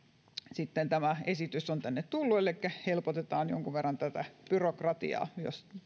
sitten tämä esitys on tänne tullut elikkä helpotetaan jonkun verran tätä byrokratiaa jos